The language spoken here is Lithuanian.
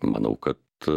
manau kad